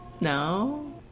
No